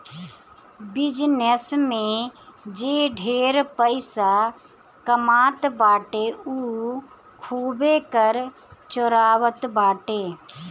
business में जे ढेर पइसा कमात बाटे उ खूबे कर चोरावत बाटे